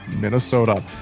Minnesota